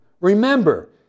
Remember